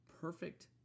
perfect